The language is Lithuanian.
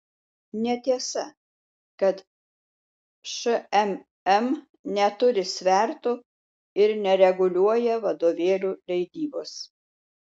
netiesa kad šmm neturi svertų ir nereguliuoja vadovėlių leidybos